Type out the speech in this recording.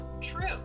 true